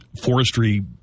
forestry